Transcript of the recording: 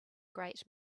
great